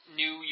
new